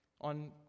on